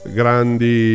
grandi